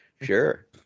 Sure